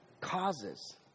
causes